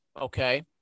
Okay